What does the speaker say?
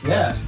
Yes